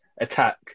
attack